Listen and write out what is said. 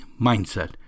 mindset